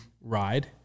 ride